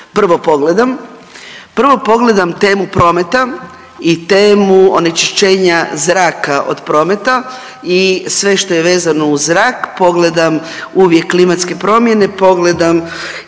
prvo pogledam temu prometa i temu onečišćenja zraka od prometa i sve što je vezano uz zrak pogledam uvijek klimatske promjene, pogledam